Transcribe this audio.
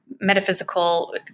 metaphysical